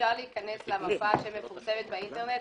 אפשר להיכנס למפה שמפורסמת באינטרנט,